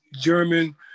German